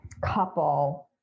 couple